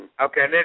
Okay